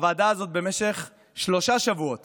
הוועדה הזאת במשך שלושה שבועות